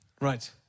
Right